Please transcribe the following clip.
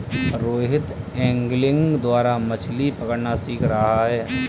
Rohit angling द्वारा मछ्ली पकड़ना सीख रहा है